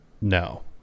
No